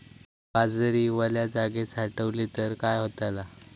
बाजरी वल्या जागेत साठवली तर काय होताला?